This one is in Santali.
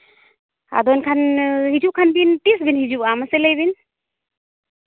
ᱟᱫᱚ ᱮᱱᱠᱷᱟᱱ ᱦᱤᱡᱩᱜ ᱠᱷᱟᱱ ᱵᱤᱱ ᱛᱤᱥ ᱵᱤᱱ ᱦᱤᱡᱩᱜᱼᱟ ᱢᱟᱥᱮ ᱞᱟᱹᱭ ᱵᱤᱱ